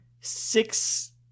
six